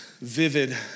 vivid